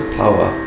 power